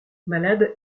malade